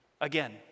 again